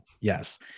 yes